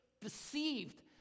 deceived